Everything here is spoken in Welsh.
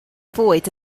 fwyd